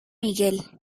miguel